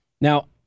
Now